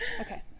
Okay